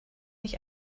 ich